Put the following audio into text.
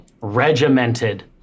Regimented